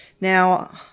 now